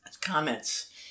comments